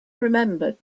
remembered